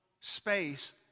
space